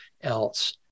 else